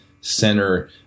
center